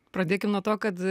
pradėkim nuo to kad